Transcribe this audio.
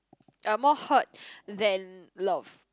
uh more hurt than love